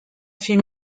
fait